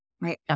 right